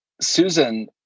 Susan